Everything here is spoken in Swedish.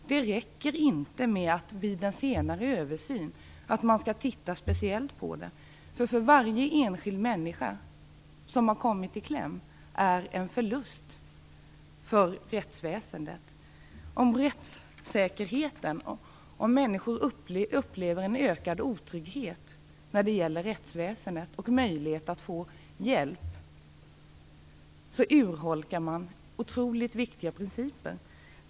Det räcker inte med att man vid en senare översyn skall titta speciellt på det. Varje enskild människa som har kommit i kläm är ju en förlust för rättsväsendet. Om människor upplever en ökad otrygghet när det gäller rättsväsendet och möjligheterna att få hjälp, urholkas otroligt viktiga principer.